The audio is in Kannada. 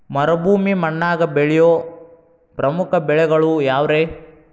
ಮರುಭೂಮಿ ಮಣ್ಣಾಗ ಬೆಳೆಯೋ ಪ್ರಮುಖ ಬೆಳೆಗಳು ಯಾವ್ರೇ?